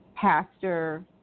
pastor